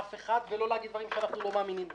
אף אחד או להגיד דברים שאנחנו לא מאמינים בהם.